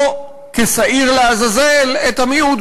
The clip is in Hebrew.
למצוא כשעיר לעזאזל את המיעוט,